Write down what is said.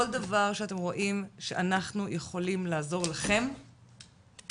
כל דבר נוסף שאתם רואים שאנחנו יכולים לעזור לכם הכלים